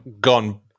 gone